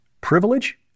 privilege